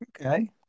Okay